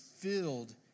filled